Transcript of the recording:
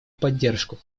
поддержку